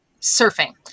Surfing